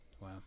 Wow